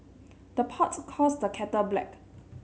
the pot calls the kettle black